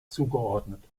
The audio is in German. zugeordnet